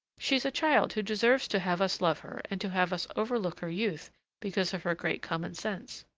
she's a child who deserves to have us love her and to have us overlook her youth because of her great common-sense.